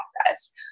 process